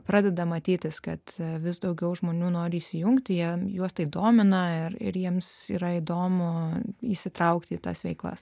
pradeda matytis kad vis daugiau žmonių nori įsijungti jie juos tai domina ir ir jiems yra įdomu įsitraukti į tas veiklas